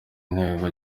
intego